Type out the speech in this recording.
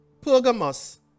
Pergamos